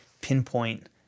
pinpoint